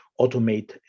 automate